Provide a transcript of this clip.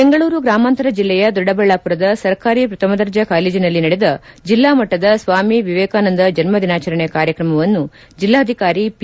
ಬೆಂಗಳೂರು ಗ್ರಾಮಾಂತರ ಜಿಲ್ಲೆಯ ದೊಡ್ಡಬಳ್ಳಾಪುರದ ಸರ್ಕಾರಿ ಪ್ರಥಮ ದರ್ಜೆ ಕಾಲೇಜಿನಲ್ಲಿ ನಡೆದ ಜಿಲ್ಲಾ ಮಟ್ಟದ ಸ್ವಾಮಿ ವಿವೇಕಾನಂದ ಜನ್ನ ದಿನಾಚರಣೆ ಕಾರ್ಯಕ್ರಮವನ್ನು ಜಿಲ್ಲಾಧಿಕಾರಿ ಪಿ